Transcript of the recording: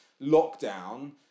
lockdown